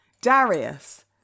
Darius